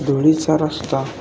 धुळीचा रस्ता